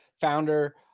founder